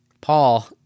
Paul